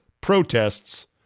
protests